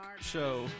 show